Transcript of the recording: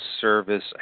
service